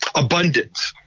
abundance.